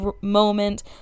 moment